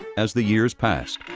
as the years passed.